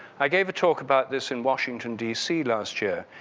i gave a talk about this in washington, d c. last year.